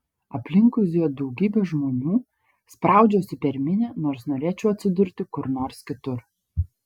aplinkui zuja daugybė žmonių spraudžiuosi per minią nors norėčiau atsidurti kur nors kitur